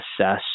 assess